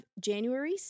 January